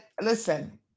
listen